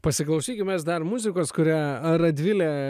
pasiklausykim mes dar muzikos kurią radvilė